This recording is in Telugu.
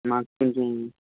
నాకు కొంచెం